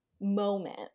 moment